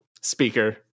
speaker